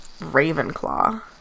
Ravenclaw